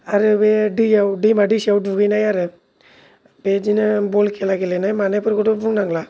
आरो बे दैआव दैमा दैसायाव दुगैनाय आरो बेदिनो बल खेला गेलेनाय मानायफोरखौथ' बुंनांला